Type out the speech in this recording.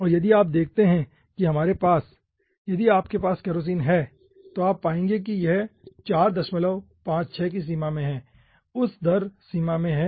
और यदि आप देखते हैं कि हमारे पास यदि आपके पास केरोसिन हैं तो आप पाएंगे कि यह 456 की सीमा में है उस दर सीमा में है